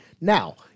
Now